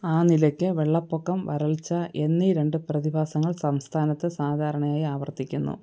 ആ നിലയ്ക്ക് വെള്ളപ്പൊക്കം വരൾച്ച എന്നീ രണ്ടു പ്രതിഭാസങ്ങള് സംസ്ഥാനത്ത് സാധാരണയായി ആവർത്തിക്കുന്നു